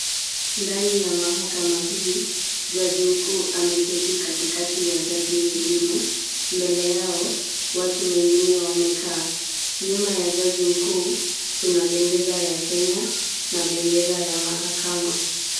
Ndani ya mahakama hii, jaji mkuu ameketi katikati ya jaji wengine. Mbele yao, watu wengine wamekaa. Nyuma ya jaji mkuu kuna bendera ya Kenya na bendera ya mahakama.